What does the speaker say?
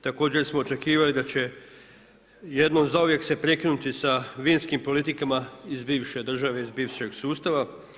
Također smo očekivali da će jednom zauvijek se prekinuti sa vinskim politikama iz bivše države, iz bivšeg sustava.